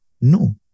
no